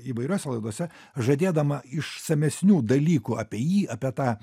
įvairiose laidose žadėdama išsamesnių dalykų apie jį apie tą